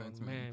man